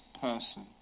person